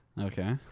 Okay